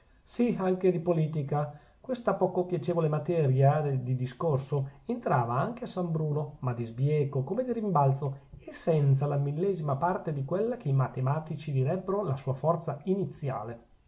sì anche di politica questa poco piacevole materia di discorso entrava anche a san bruno ma di sbieco come di rimbalzo e senza la millesima parte di quella che i matematici direbbero la sua forza iniziale